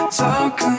talk